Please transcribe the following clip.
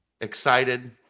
excited